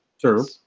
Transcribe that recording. True